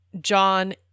John